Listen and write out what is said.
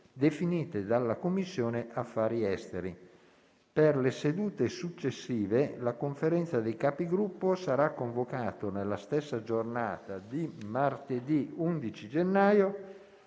definite dalla Commissione affari esteri. Per le sedute successive la Conferenza dei Capigruppo sarà convocata nella stessa giornata di martedì 11 gennaio